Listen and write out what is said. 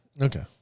Okay